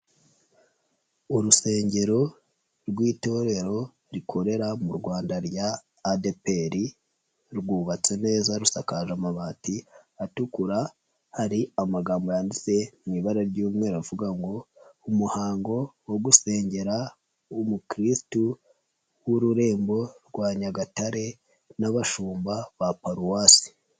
Urusengero rw'itorero rikorera mu Rwanda rya ADEPR, rwubatse neza rusakaje amabati atukura, hari amagambo yanditse mu ibara ry'umweru avuga ngo umuhango wo gusengera umukristu w'ururembo rwa nyagatare n'abashumba ba Paruwasi.